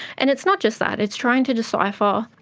and it's not just that, it's trying to decipher,